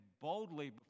boldly